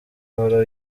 uhora